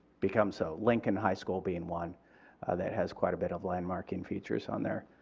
become so. lincoln high school being one that has quite a bit of land marking features on there.